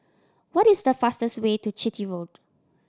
what is the fastest way to Chitty Road